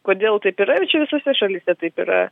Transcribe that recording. kodėl taip yra čia visose šalyse taip yra